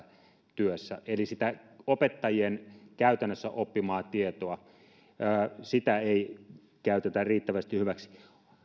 työssään eli sitä opettajien käytännössä oppimaa tietoa ei käytetä riittävästi hyväksi